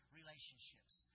relationships